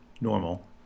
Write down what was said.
normal